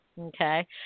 okay